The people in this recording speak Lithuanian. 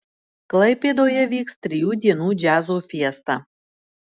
klaipėdoje vyks trijų dienų džiazo fiesta